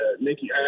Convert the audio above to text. Nikki